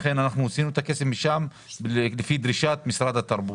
לכן אנחנו מוציאים את הכסף משם לפי דרישת משרד התרבות.